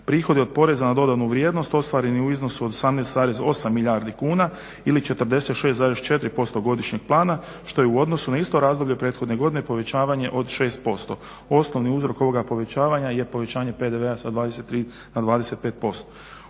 Prihodi od PDV-a ostvareni u iznosu od 18,8 milijardi kuna ili 46,4% godišnjeg plana što je u odnosu na isto razdoblje prethodne godine povećavanje od 6%. Osnovni uzrok ovoga povećavanja je povećanje PDV-a sa 23 na 25%.